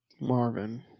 Marvin